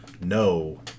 no